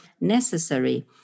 necessary